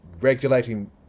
regulating